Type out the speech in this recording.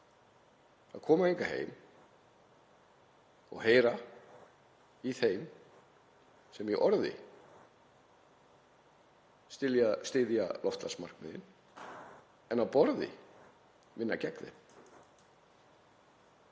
að koma hingað heim og heyra í þeim sem í orði styðja loftslagsmarkmiðin en á borði vinna gegn þeim.